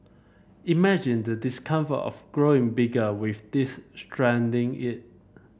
imagine the discomfort of growing bigger with this strangling it